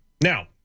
Now